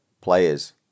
players